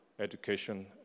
education